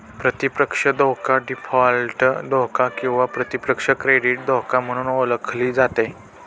प्रतिपक्ष धोका डीफॉल्ट धोका किंवा प्रतिपक्ष क्रेडिट धोका म्हणून ओळखली जाते